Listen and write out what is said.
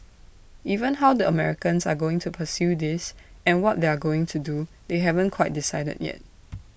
even how the Americans are going to pursue this and what they're going to do they haven't quite decided yet